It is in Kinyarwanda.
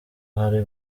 hari